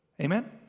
Amen